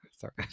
Sorry